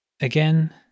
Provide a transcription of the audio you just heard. Again